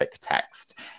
text